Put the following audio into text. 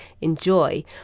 enjoy